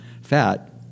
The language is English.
fat